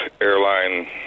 airline